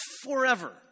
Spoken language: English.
forever